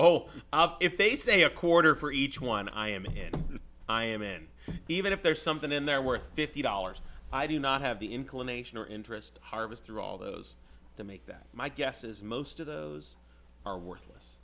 oh if they say a quarter for each one i am in i am in even if there is something in there worth fifty dollars i do not have the inclination or interest harvest through all those to make that my guess is most of those are worthless